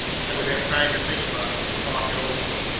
i would have time to think about it, to talk it over.